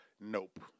nope